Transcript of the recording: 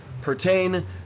pertain